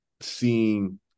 seeing